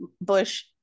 Bush